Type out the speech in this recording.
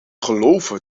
geloven